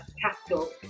capital